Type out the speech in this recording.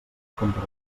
compra